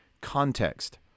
context